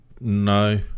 no